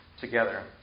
together